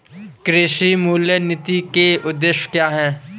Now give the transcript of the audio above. कृषि मूल्य नीति के उद्देश्य क्या है?